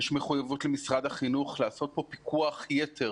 יש מחויבות למשרד החינוך לעשות כאן פיקוח יתר